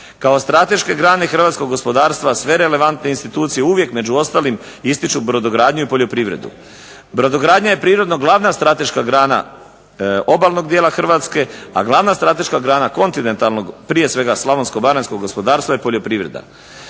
Kao strateške grane hrvatskog gospodarstva sve relevantne institucije uvijek među ostalim ističu brodogradnju i poljoprivredu. Brodogradnja je prirodno glavna strateška grana obalnog dijela Hrvatske, a glavna strateška grana kontinentalnog prije slavonsko-baranjskog gospodarstva je poljoprivreda.